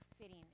fitting